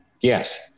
Yes